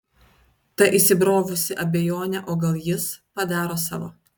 ta įsibrovusi abejonė o gal jis padaro savo